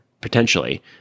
potentially